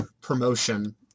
promotion